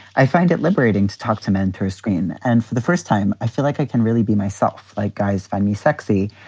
i find it liberating to talk to men through a screen and for the first time i feel like i can really be myself. like guys find me sexy.